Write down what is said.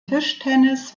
tischtennis